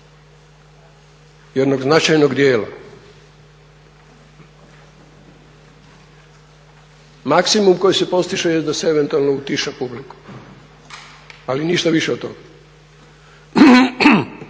jednog značajnog dijela. Maksimum koji se postiže je da se eventualno utiša publiku, ali ništa više od toga.